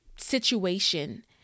situation